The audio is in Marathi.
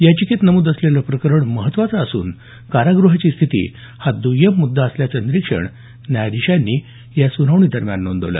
याचिकेत नमूद असलेलं प्रकरण महत्त्वाचं असून कारागृहाची स्थिती हा द्र्य्यम मुद्दा असल्याचं निरीक्षण न्यायाधीशांनी सुनावणी करताना नोंदवलं